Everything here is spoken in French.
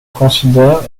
considère